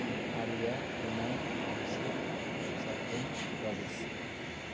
आर्या कुणाल अभिषेक सत्यम प्रवेश